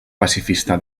pacifista